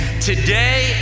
Today